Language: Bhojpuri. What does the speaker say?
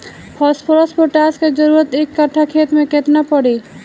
फॉस्फोरस पोटास के जरूरत एक कट्ठा खेत मे केतना पड़ी?